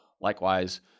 Likewise